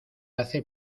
hace